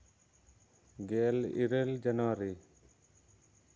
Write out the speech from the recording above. ᱜᱮᱞ ᱤᱨᱟᱹᱞ ᱡᱟᱱᱣᱟᱨᱤ